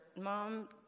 Mom